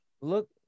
Look